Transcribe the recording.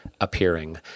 appearing